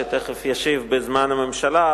שתיכף ישיב בשם הממשלה,